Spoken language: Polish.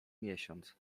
miesiąc